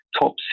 top